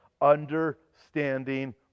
understanding